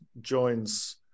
joins